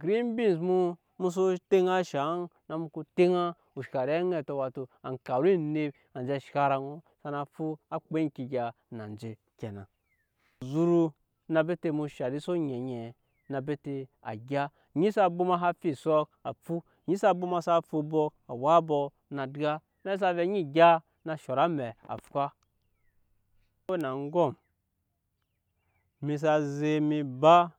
green beans mu mu so teŋa shaŋ na u ko teŋa o shari aŋɛtɔ wato ankaru eneb anje shara sana fu á kpa eŋke egya na nje kenan zuru na bete mu sharise oŋɛŋɛ na bete a gya onyi sa bwoma sa fu ensɔk a fu onyi sa bwoma sa fu obɔk a wak abɔk na dya amɛk sa vɛɛ eni dya na shɔt amɛ a fwa ema we na aŋgɔm emi sa zek mi ba.